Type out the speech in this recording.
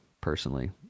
personally